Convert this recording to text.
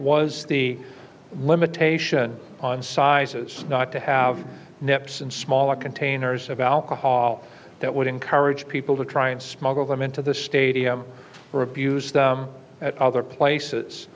was the limitation on sizes not to have nets and smaller containers of alcohol that would encourage people to try and smuggle them into the stadium for abuse at other places